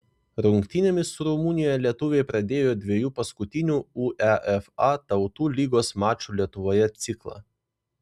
rungtynėmis su rumunija lietuviai pradėjo dviejų paskutinių uefa tautų lygos mačų lietuvoje ciklą